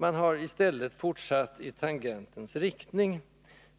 Man hari stället fortsatt i tangentens riktning.